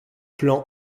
plan